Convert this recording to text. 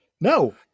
No